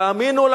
תאמינו,